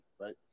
Right